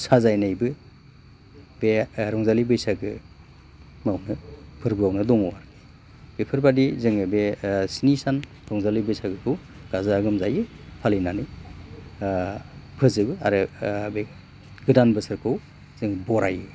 साजायनायबो बे रंजालि बैसागो बावनो फोरबोआवनो दङ बेफोरबादि जोङो बे स्नि सान रंजालि बैसागोखौ गाजा गोमजायै फालिनानै फोजोबो आरो बे गोदान बोसोरखौ जों बरायो